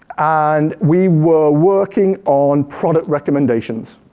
and we were working on product recommendations.